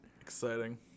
Exciting